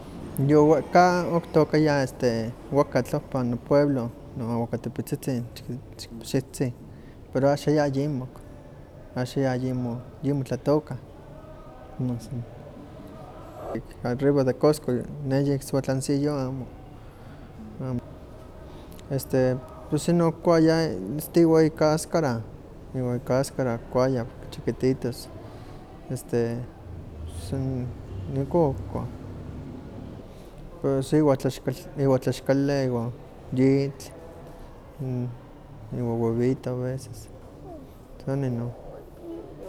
Yuwehka okitokaya wakatl ohpa nopueblo, noawakatepitzitzin chiqui- chiqui- pixihtzin, pero axan ya yimok, yayimo tlatoka, arriba de cosco, ne ye ixhuatlancillo amo, amo. Este pus ino okuaya asta iwa ikaskara, iwa ikaskara kikuaya porque chiquititos. Este pus san ihkon kikua. Pus iwa tlaxkali iwa yitl iwa webito a veces, san inon.